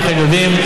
אכן יודעים,